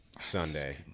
Sunday